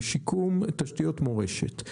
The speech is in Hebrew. לשיקום תשתיות מורשת.